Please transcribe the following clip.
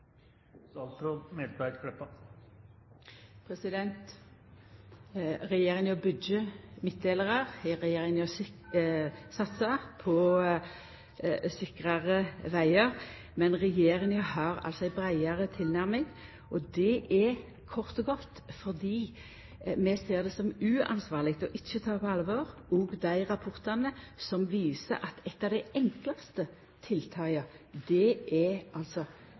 Regjeringa byggjer midtdelarar, regjeringa satsar på sikrare vegar, men har altså ei breiare tilnærming. Det er kort og godt fordi vi ser det som uansvarleg ikkje å ta på alvor òg dei rapportane som viser at eit av dei enklaste tiltaka er det ansvaret den enkelte av oss har som førar – altså